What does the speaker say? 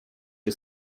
się